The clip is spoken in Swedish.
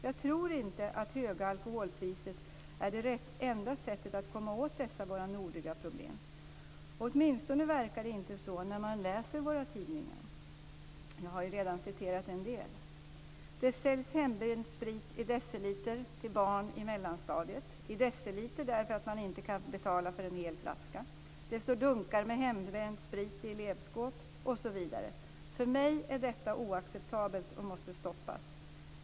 Jag tror inte att höga alkoholpriser är det enda sättet att komma åt dessa våra nordliga problem. Åtminstone verkar det inte så när man läser våra dagstidningar. Jag har redan citerat en del. Det säljs hembränd sprit per deciliter till barn i mellanstadiet, per deciliter därför att de inte kan betala för en hel flaska. Det står dunkar med hembränd sprit i elevskåp osv. För mig är detta oacceptabelt och något som måste stoppas.